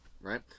Right